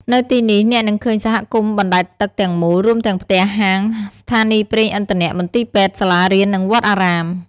នៅទីនេះ អ្នកនឹងឃើញសហគមន៍បណ្តែតទឹកទាំងមូល រួមទាំងផ្ទះ ហាង ស្ថានីយ៍ប្រេងឥន្ធនៈ មន្ទីរពេទ្យ សាលារៀន និងវត្តអារាម។